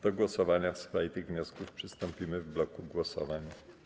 Do głosowania w sprawie tych wniosków przystąpimy w bloku głosowań.